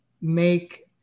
make